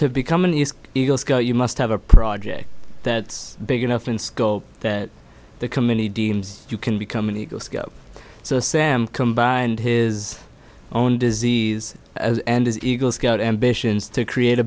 to become an east eagle scout you must have a project that's big enough in scope that the community deems you can become an eagle scout so sam combined his own disease and as eagle scout ambitions to create a